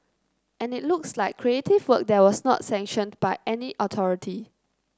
and it looks like creative work that was not sanctioned by any authority